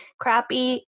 crappy